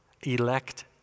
elect